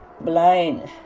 blind